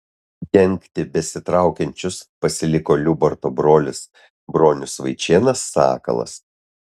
dengti besitraukiančius pasiliko liubarto brolis bronius vaičėnas sakalas